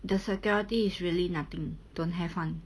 the security is really nothing don't have [one]